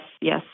Yes